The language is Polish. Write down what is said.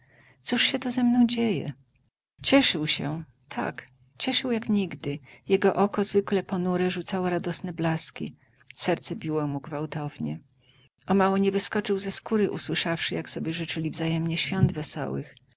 cóż się to ze mną dzieje cieszył się tak cieszył jak nigdy jego oko zwykle ponure rzucało radosne blaski serce biło mu gwałtownie o mało nie wyskoczył ze skóry usłyszawszy jak sobie życzyli wzajemnie świąt wesołych